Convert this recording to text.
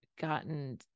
gotten